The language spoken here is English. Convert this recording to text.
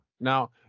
Now